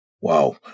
Wow